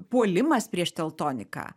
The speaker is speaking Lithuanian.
puolimas prieš teltoniką